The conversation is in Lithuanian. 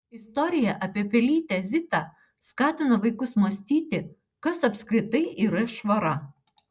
istorija apie pelytę zitą skatina vaikus mąstyti kas apskritai yra švara